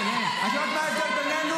אמרתי שזה לא ביטוי נכון.